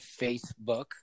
Facebook